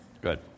Good